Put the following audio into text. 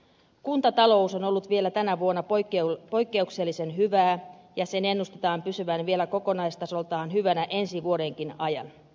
kuntatalous on ollut vielä tänä vuonna poikkeuksellisen hyvää ja sen ennustetaan pysyvän vielä kokonaistasoltaan hyvänä ensi vuodenkin ajan